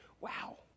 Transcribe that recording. wow